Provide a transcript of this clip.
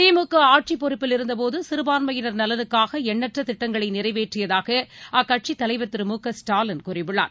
திமுகஆட்சிப் பொறப்பில் இருந்தபோதுசிறுபான்மையினர் நலனுக்காகஎண்ணற்றதிட்டங்களைநிறைவேற்றியதாகஅக்கட்சியின் தலைவர் திரு கூறியுள்ளார்